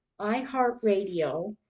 iHeartRadio